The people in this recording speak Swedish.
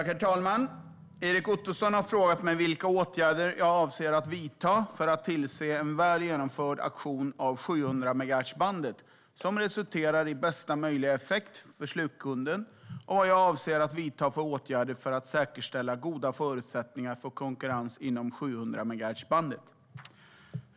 Herr talman! Erik Ottoson har frågat mig vilka åtgärder jag avser att vidta för att tillse en väl genomförd auktion av 700-megahertzbandet som resulterar i bästa möjliga effekt för slutkunden och vad jag avser att vidta för åtgärder för att säkerställa goda förutsättningar för konkurrens inom 700-megahertzbandet.